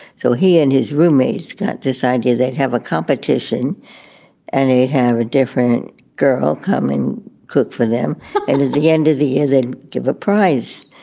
so he and his roommates decided they'd have a competition and they have a different girl come and cook for them. and at the end of the year, they give a prize